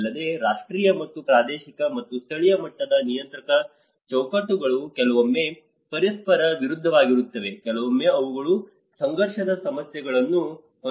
ಅಲ್ಲದೆ ರಾಷ್ಟ್ರೀಯ ಮತ್ತು ಪ್ರಾದೇಶಿಕ ಮತ್ತು ಸ್ಥಳೀಯ ಮಟ್ಟದ ನಿಯಂತ್ರಕ ಚೌಕಟ್ಟುಗಳು ಕೆಲವೊಮ್ಮೆ ಪರಸ್ಪರ ವಿರುದ್ಧವಾಗಿರುತ್ತವೆ ಕೆಲವೊಮ್ಮೆ ಅವುಗಳು ಸಂಘರ್ಷದ ಸಮಸ್ಯೆಗಳನ್ನು ಹೊಂದಿರುತ್ತವೆ